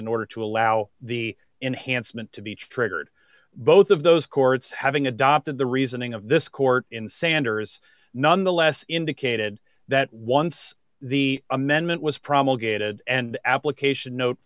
in order to allow the enhancement to be triggered both of those courts having adopted the reasoning of this court in sanders nonetheless indicated that once the amendment was promulgated and application note